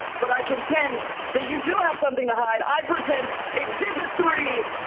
but i contend that you do have something to hide. i present exhibit three,